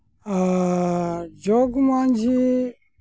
ᱟᱨᱻ ᱡᱚᱜᱽᱢᱟᱺᱡᱷᱤ